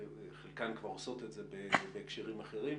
חלקן כבר עושות את זה בהקשרים אחרים,